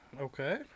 Okay